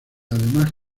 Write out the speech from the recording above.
además